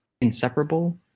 inseparable